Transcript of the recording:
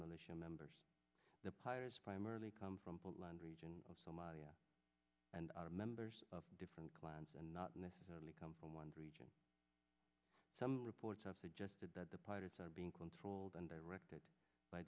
militia members the pirates primarily come from portland region of somalia and members of different clans and not necessarily come from one region some reports have suggested that the pirates are being controlled and directed by